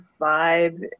vibe